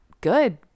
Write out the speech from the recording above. good